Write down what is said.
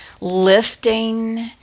lifting